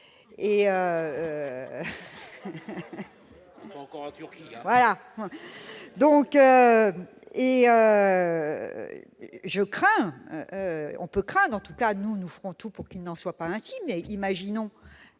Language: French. on peut craindre en tout cas nous nous ferons tout pour qu'il n'en soit pas ainsi, mais imaginons